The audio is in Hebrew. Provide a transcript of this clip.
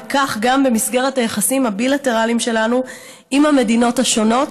וכך גם במסגרת היחסים הבילטרליים שלנו עם המדינות השונות,